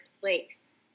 place